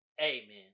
Amen